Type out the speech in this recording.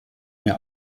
mehr